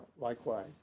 likewise